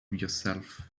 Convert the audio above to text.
yourself